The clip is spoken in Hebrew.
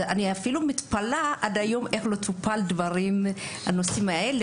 אני אפילו מתפלאת איך עד היום לא טופלו הנושאים האלה,